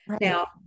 Now